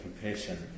compassion